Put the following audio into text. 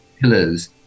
pillars